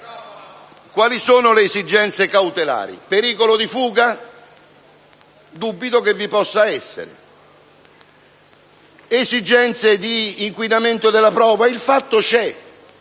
Quali sono le esigenze cautelari? Pericolo di fuga? Dubito vi possa essere. Esigenze di inquinamento delle prove? Il fatto c'è,